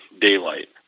daylight